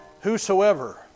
whosoever